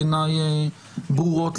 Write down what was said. בעיניי ברורות,